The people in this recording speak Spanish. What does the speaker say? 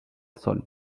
sol